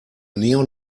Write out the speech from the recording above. neon